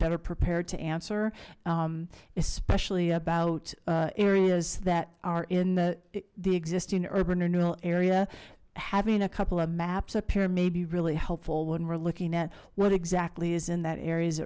better prepared to answer especially about areas that are in the the existing urban renewal area having a couple of maps a pair may be really helpful when we're looking at what exactly is in that area